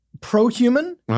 pro-human